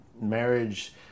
marriage